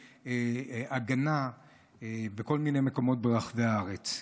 הגנה בכל מיני מקומות ברחבי הארץ.